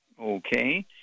Okay